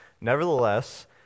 Nevertheless